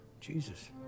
Jesus